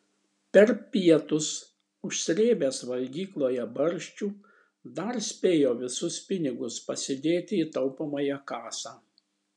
per pietus užsrėbęs valgykloje barščių dar spėjo visus pinigus pasidėti į taupomąją kasą